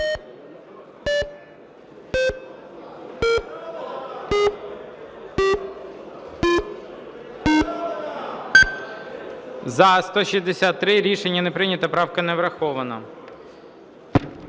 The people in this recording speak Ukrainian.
За-163 Рішення не прийнято. Правка не врахована.